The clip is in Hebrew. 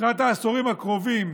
לקראת העשורים הקרובים,